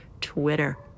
Twitter